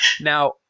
Now